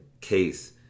case